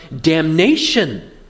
damnation